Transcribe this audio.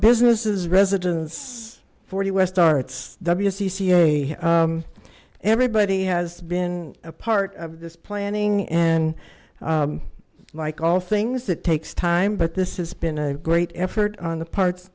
businesses residents forty west arts wcc a everybody has been a part of this planning and like all things that takes time but this has been a great effort on the part